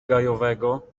gajowego